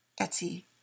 Etsy